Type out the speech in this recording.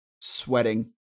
sweating